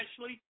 Ashley